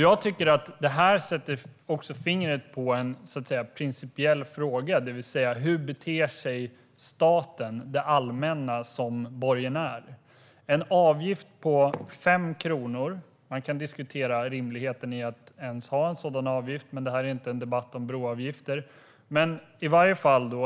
Jag tycker att detta sätter fingret på en principiell fråga: Hur beter sig staten, det allmänna, som borgenär? När det gäller avgiften på 5 kronor kan man diskutera rimligheten i att en ha en sådan, men detta är inte en debatt om broavgifter.